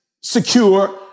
secure